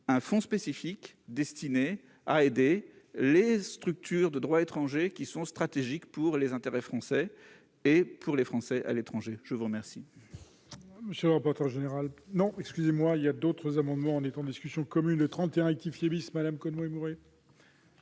un fonds spécifique destiné à aider les structures de droit étranger stratégiques pour les intérêts français et les Français de l'étranger. L'amendement